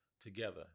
together